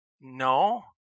no